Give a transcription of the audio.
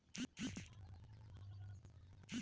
भारत में मृदा अपरदन एगो गढ़ु बेमारी हो गईल बाटे